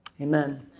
amen